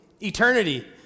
eternity